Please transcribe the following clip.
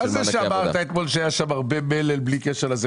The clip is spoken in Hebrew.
את הזה שאמרת שאתמול היה הרבה מלל בלי קשר.